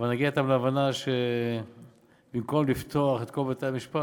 אבל נגיע אתם להבנה שבמקום לפתוח את כל בתי-המשפט